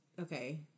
okay